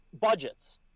budgets